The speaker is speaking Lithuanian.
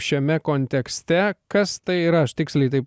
šiame kontekste kas tai yra aš tiksliai taip